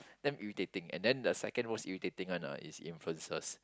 damn irritating and then the second most irritating one ah is influencers